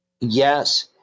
Yes